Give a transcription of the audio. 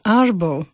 arbo